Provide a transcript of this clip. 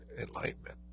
enlightenment